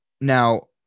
Now